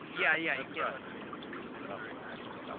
yeah yeah that's yeah like the man get you down. so that's very true. that's true.